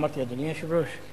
אמרתי "אדוני היושב-ראש"?